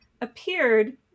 appeared